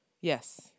Yes